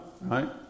right